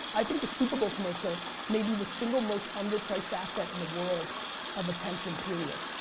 i think the super bowl commercial may be the single most underpriced asset in the world of attention, period.